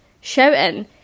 shouting